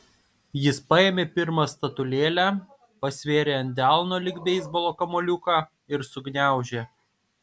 jis paėmė pirmą statulėlę pasvėrė ant delno lyg beisbolo kamuoliuką ir sugniaužė